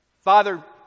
Father